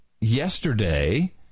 yesterday